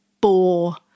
bore